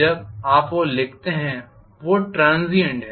जब आप वो लिखते हैं वो ट्रांसीएंट है